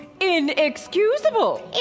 inexcusable